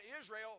Israel